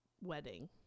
wedding